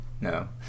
No